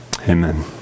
Amen